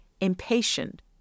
impatient